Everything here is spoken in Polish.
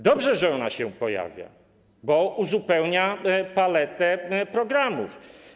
Dobrze, że ona się pojawiła, bo uzupełnia paletę programów.